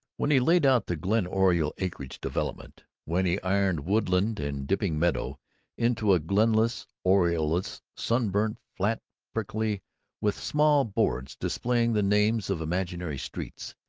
when he laid out the glen oriole acreage development, when he ironed woodland and dipping meadow into a glenless, orioleless, sunburnt flat prickly with small boards displaying the names of imaginary streets,